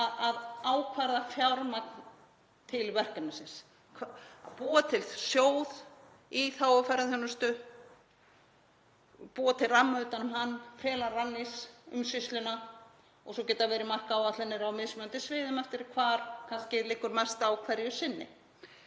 að ákvarða fjármagn til verkefnisins. Búa til sjóð í þágu ferðaþjónustu, búa til ramma utan um hann, fela Rannís umsýsluna og svo geta verið markáætlanir á mismunandi sviðum eftir því hvar liggur mest á hverju sinni.